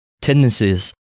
tendencies